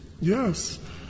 Yes